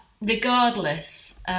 regardless